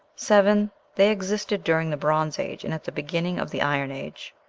seven. they existed during the bronze age and at the beginning of the iron age.